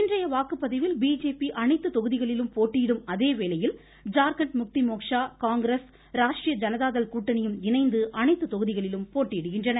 இன்றைய வாக்குப்பதிவில் பிஜேபி அனைத்து தொகுதிகளிலும் போட்டியிடும் அதே வேளையில் ஜார்கண்ட் முக்தி மோட்சா காங்கிரஸ் ராஷ்ட்ரீய ஜனதா தள் கூட்டணியும் இணைந்து அனைத்து தொகுதிகளிலும் போட்டியிடுகின்றன